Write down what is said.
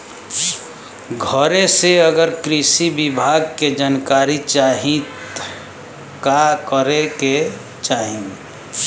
घरे से अगर कृषि विभाग के जानकारी चाहीत का करे के चाही?